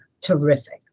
terrific